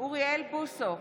אוריאל בוסו,